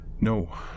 no